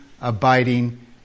abiding